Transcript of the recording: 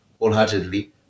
wholeheartedly